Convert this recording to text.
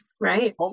Right